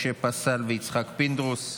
משה פסל ויצחק פינדרוס.